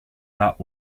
lot